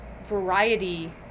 variety